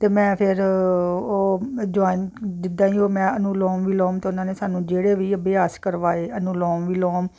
ਅਤੇ ਮੈਂ ਫਿਰ ਉਹ ਜੁਆਇਨ ਜਿੱਦਾਂ ਹੀ ਉਹ ਮੈਂ ਅਨੁਲੋਮ ਵਿਲੋਮ ਅਤੇ ਉਹਨਾਂ ਨੇ ਸਾਨੂੰ ਜਿਹੜੇ ਵੀ ਅਭਿਆਸ ਕਰਵਾਏ ਅਨੁਲੋਮ ਵਿਲੋਮ